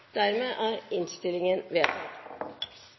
Dermed er